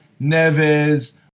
Neves